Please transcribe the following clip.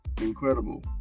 incredible